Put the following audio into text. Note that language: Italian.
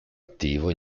attivo